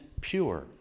pure